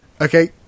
Okay